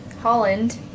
Holland